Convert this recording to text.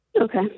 Okay